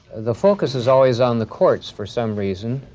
the focus is always on the courts for some reason,